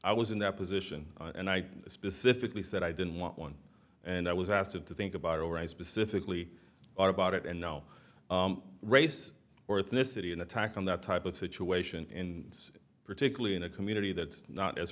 i was in that position and i specifically said i didn't want one and i was asked to to think about it or i specifically are about it and no race or ethnicity an attack on that type of situation in it's particularly in a community that's not as